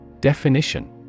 Definition